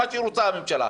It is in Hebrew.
מה שהיא רוצה הממשלה.